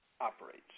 operates